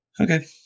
Okay